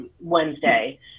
Wednesday